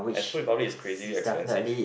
and Food Republic is crazy expensive